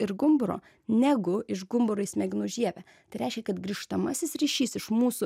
ir gumburo negu iš gumburo į smegenų žievę tai reiškia kad grįžtamasis ryšys iš mūsų